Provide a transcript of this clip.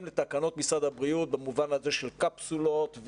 לתקנות משרד הבריאות במובן הזה של קפסולות,